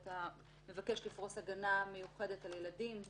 שאתה מבקש לפרוס הגנה מיוחדת על ילדים,